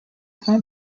dawn